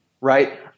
right